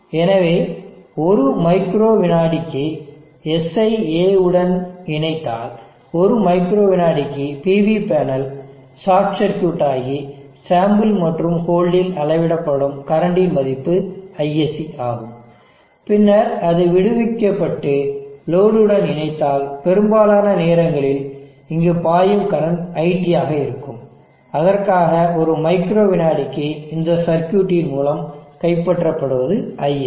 எனவே ஒரு மைக்ரோ விநாடிக்கு S ஐ A உடன் இணைத்தால் ஒரு மைக்ரோ விநாடிக்கு PV பேனல் ஷார்ட் சர்க்யூட் ஆகி சாம்பிள் மற்றும் ஹோல்டில் அளவிடப்படும் கரண்ட் இன் மதிப்பு ISC ஆகும் பின்னர் அது விடுவிக்கப்பட்டு லோடு டன் இணைத்தால் பெரும்பாலான நேரங்களில் இங்கு பாயும் கரண்ட் iT ஆக இருக்கும் அதற்காக ஒரு மைக்ரோ வினாடிக்கு இந்த சர்க்யூட்டின் மூலம் கைப்பற்றப்படுவது ISC